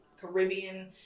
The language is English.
caribbean